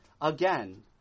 again